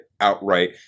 outright